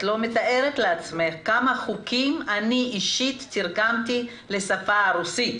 את לא מתארת לעצמך כמה חוקים אני אישית תרגמתי לשפה הרוסית.